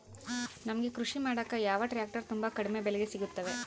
ನಮಗೆ ಕೃಷಿ ಮಾಡಾಕ ಯಾವ ಟ್ರ್ಯಾಕ್ಟರ್ ತುಂಬಾ ಕಡಿಮೆ ಬೆಲೆಗೆ ಸಿಗುತ್ತವೆ?